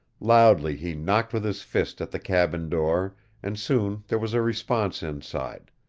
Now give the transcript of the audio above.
loudly he knocked with his fist at the cabin door and soon there was a response inside,